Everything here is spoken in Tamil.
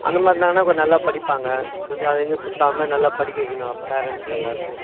அந்த மாதிரி இருந்தாங்கன்னா கொஞ்சம் நல்லா படிப்பாங்க கொஞ்சம் அங்கேயும் இங்கேயும் சுத்தாமல் நல்லா படிக்க வைக்கணும் பேரண்ட்ஸ் எல்லாரும்